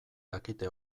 dakite